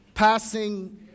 passing